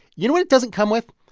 you know what it doesn't come with?